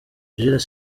jules